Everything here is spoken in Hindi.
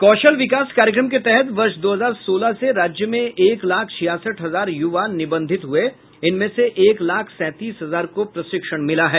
कौशल विकास कार्यक्रम के तहत वर्ष दो हजार सोलह से राज्य में एक लाख छियासठ हजार युवा निबंधित हुए जिसमें एक लाख सैंतीस हजार को प्रशिक्षण मिला है